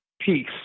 peace